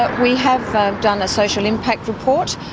we have done a social impact report,